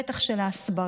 בטח של ההסברה,